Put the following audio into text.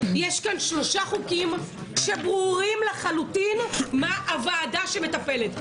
יש פה שלושה חוקים שברור לחלוטין מה הוועדה המטפלת.